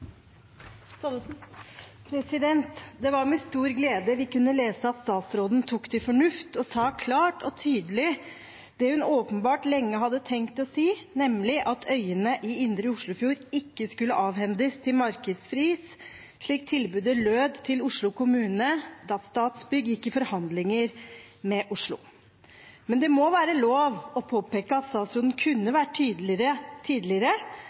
i saken. Det var med stor glede vi kunne lese at statsråden tok til fornuft og sa klart og tydelig det hun åpenbart lenge hadde tenkt å si, nemlig at øyene i indre Oslofjord ikke skulle avhendes til markedspris, slik tilbudet lød til Oslo kommune da Statsbygg gikk i forhandlinger med Oslo kommune. Men det må være lov å påpeke at statsråden kunne vært tydeligere tidligere,